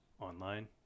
online